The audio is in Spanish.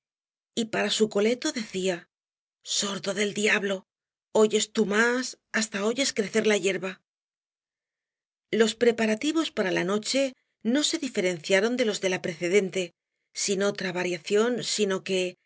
y para su coleto decía sordo del diablo oyes tú más hasta oyes crecer la hierba los preparativos para la noche no se diferenciaron de los de la precedente sin otra variación sino que